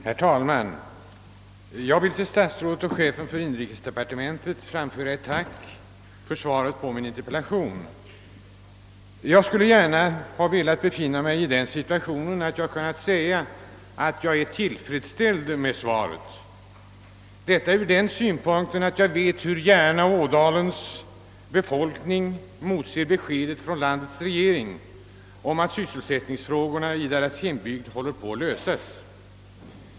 Herr talman! Jag vill till herr statsrådet och chefen för inrikesdepartementet framföra ett tack för svaret på min interpellation. Jag skulle gärna ha velat befinna mig i den situationen, att jag hade kunnat säga att jag är tillfredsställd med svaret, detta ur den synpunkten att jag vet hur gärna Ådalens befolkning emotser besked från landets regering om att sysselsättningsfrågorna i deras hembygd håller på att lösas.